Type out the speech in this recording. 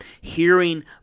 Hearing